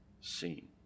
seen